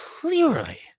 clearly